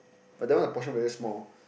but that one the portion very small